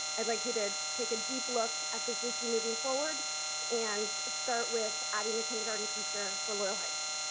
i'd like you to take a deep look at this issue moving forward and start with adding a kindergarten teacher for loyal heights.